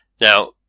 Now